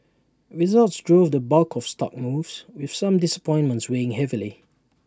results drove the bulk of stock moves with some disappointments weighing heavily